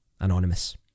Anonymous